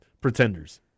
pretenders